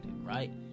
Right